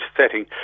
setting